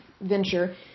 venture